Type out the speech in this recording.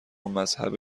مذهب